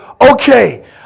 okay